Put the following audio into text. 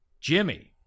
Jimmy